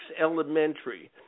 elementary